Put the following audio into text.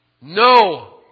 No